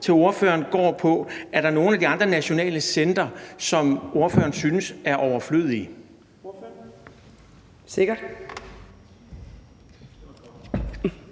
til ordføreren går på: Er der nogle af de andre nationale centre, som ordføreren synes er overflødige?